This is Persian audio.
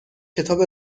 کتاب